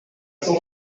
cent